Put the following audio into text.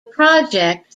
project